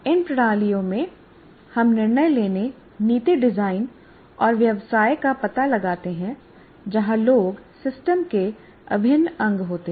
इन प्रणालियों में हम निर्णय लेने नीति डिजाइन और व्यवसाय का पता लगाते हैं जहां लोग सिस्टम के अभिन्न अंग होते हैं